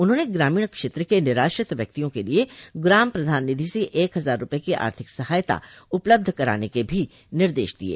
उन्होंने ग्रामीण क्षेत्र के निराश्रित व्यक्तियों के लिए ग्राम प्रधान निधि से एक हजार रूपये की आर्थिक सहायता उपलब्ध कराने के भी निर्देश दिये